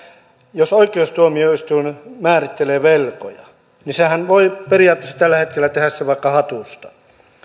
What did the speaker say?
jos oikeustuomioistuin määrittelee velkoja niin sehän voi periaatteessa tällä hetkellä tehdä sen vaikka hatusta